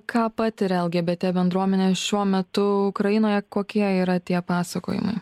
ką patiria lgbt bendruomenė šiuo metu ukrainoje kokie yra tie pasakojimai